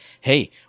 hey